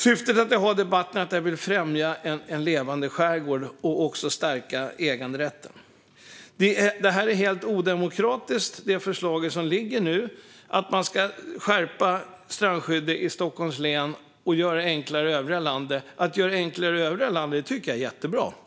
Syftet med denna debatt är att jag vill främja en levande skärgård och också stärka äganderätten. Det nu liggande förslaget - att man ska skärpa strandskyddet i Stockholms län och göra det enklare i övriga landet - är helt odemokratiskt. Att man ska göra det enklare i övriga landet tycker jag är jättebra.